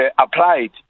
applied